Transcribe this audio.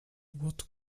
what